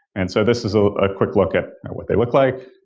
and so this is a ah quick look at what they look like.